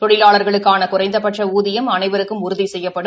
தொழிலாளா்களுக்கான குறைந்தபட்ச ஊதியம் அனைவருக்கும் உறுதி செய்யப்படும்